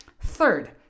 Third